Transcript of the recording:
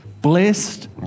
Blessed